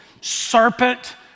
Serpent